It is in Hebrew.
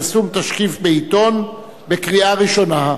(פרסום תשקיף בעיתון), לקריאה ראשונה.